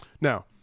Now